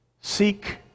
Seek